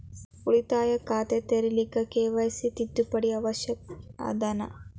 ಉಳಿತಾಯ ಖಾತೆ ತೆರಿಲಿಕ್ಕೆ ಕೆ.ವೈ.ಸಿ ತಿದ್ದುಪಡಿ ಅವಶ್ಯ ಅದನಾ?